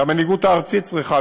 והמנהיגות הארצית צריכה,